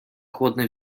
chłodny